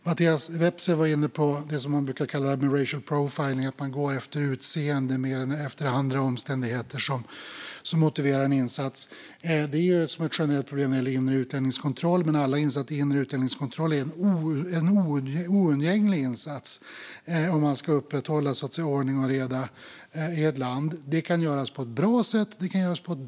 Mattias Vepsä var inne på det som man brukar kalla racial profiling, alltså att man går efter utseende mer än efter andra omständigheter som motiverar en insats. Det är ett generellt problem när det gäller inre utlänningskontroll, men alla inser att inre utlänningskontroll är en oundgänglig insats om man ska upprätthålla ordning och reda i ett land. Men det kan göras på ett bra sätt och på ett dåligt sätt.